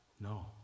no